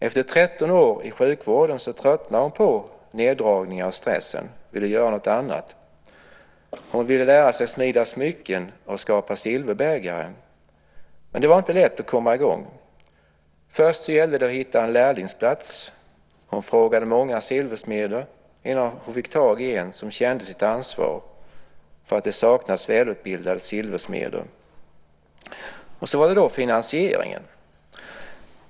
Efter 13 år i sjukvården tröttnade hon på neddragningar och stressen och ville göra någonting annat. Hon ville lära sig att snida smycken och skapa silverbägare. Men det var inte lätt att komma i gång. Först gällde det att hitta en lärlingsplats. Hon frågade många silversmeder innan hon fick tag i en som kände sitt ansvar för att det saknas välutbildade silversmeder. Så var det då finansieringen.